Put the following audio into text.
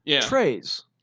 trays